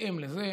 בהתאם לזה,